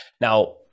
now